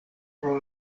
pro